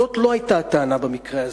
זאת לא היתה הטענה במקרה הזה.